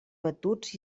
batuts